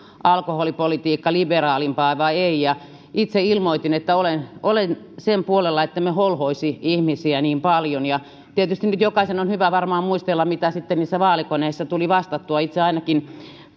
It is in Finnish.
alkoholipolitiikka liberaalimpaa vai ei ja itse ilmoitin että olen olen sen puolella ettemme holhoisi ihmisiä niin paljon tietysti nyt jokaisen on hyvä varmaan muistella mitä sitten niissä vaalikoneissa tuli vastattua itse ainakin